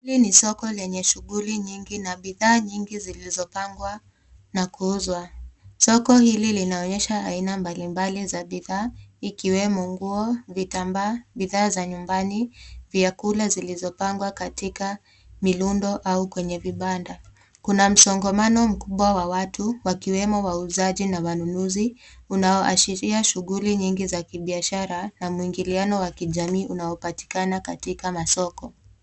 Hii ni soko lenye shughuli nyingi na bidhaa nyingi zilizopangwa na kuuzwa. Soko hili linaonyesha aina mbalimbali za bidhaa ikiwemo nguo, vitambaa, bidhaa za nyumbani, vyakula zilizopangwa katika mirundo au kwenye vibanda. Kuna msongamano kubwa wa watu wakiwemo wauzaji na wanunuzi unaoashiria shughuli nyingi za kibiashara na mwingiliano wa kijamii unaopatikana katika masoko.